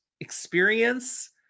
experience